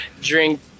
drink